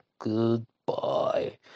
goodbye